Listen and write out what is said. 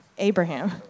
Abraham